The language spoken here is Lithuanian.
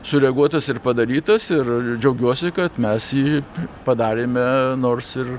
sureguotas ir padarytas ir džiaugiuosi kad mes jį padarėme nors ir